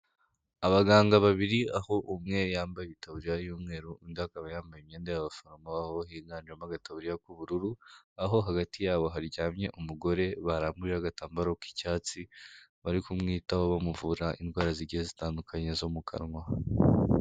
Abaganga babiri aho umwe yambaye ibitaburiya y'umweru undi akaba yambaye imyenda y'abaforomo baho higanjemo agataburiya k'ubururu, aho hagati yabo haryamye umugore baramburiye agatambaro k'icyatsi bari kumwitaho bamuvura indwara zi'igihe zitandukanye zo mu kanwa.